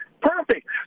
perfect